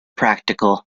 practical